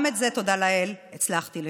גם את זה, תודה לאל, הצלחתי לשנות.